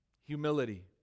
Humility